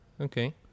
Okay